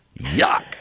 Yuck